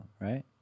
right